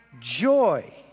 joy